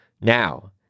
Now